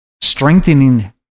strengthening